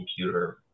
computer